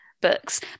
books